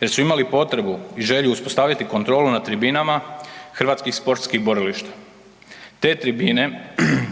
jer su imali potrebu i želju uspostaviti kontrolu na tribinama hrvatskih sportskih borilišta. Te tribine